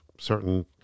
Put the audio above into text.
certain